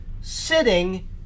sitting